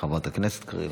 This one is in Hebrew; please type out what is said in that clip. חברת הכנסת קארין